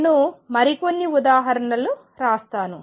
నేను మరికొన్ని ఉదాహరణలు వ్రాస్తాను